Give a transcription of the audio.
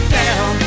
down